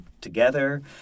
together